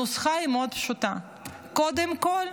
הנוסחה היא מאוד פשוטה: קודם כול,